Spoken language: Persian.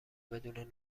بدون